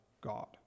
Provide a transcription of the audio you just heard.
God